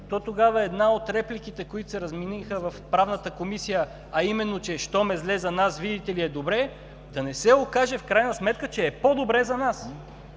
то тогава една от репликите, които се размениха в Правната комисия, а именно, че щом е зле за нас, видите ли, е добре, да не се окаже в крайна сметка, че е по-добре за нас.